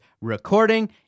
recording